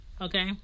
Okay